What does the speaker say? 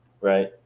right